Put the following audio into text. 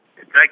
Thank